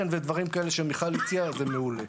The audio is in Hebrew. מיכל הציעה קרן וזה מעולה.